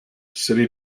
city